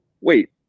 wait